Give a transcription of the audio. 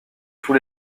tous